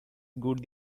good